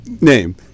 name